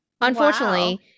Unfortunately